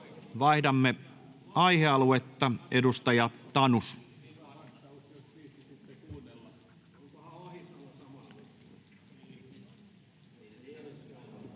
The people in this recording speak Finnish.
vaihdamme aihealuetta. — Edustaja Tanus.